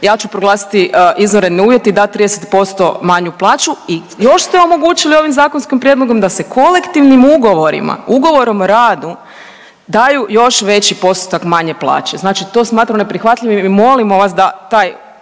ja ću proglasiti izvanredne uvjete i dati 30% manju plaću i još ste omogućili ovim zakonskim prijedlogom da se kolektivnim ugovorima, ugovorom o radu daju još veći postotak manje plaće. Znači to smatram neprihvatljivim i molimo vas da taj,